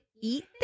eat